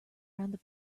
around